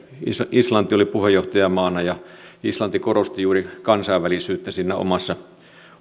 islanti oli puheenjohtajamaana ja islanti korosti juuri kansainvälisyyttä siinä omassa